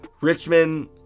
Richmond